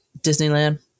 Disneyland